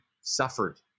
suffered